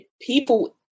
people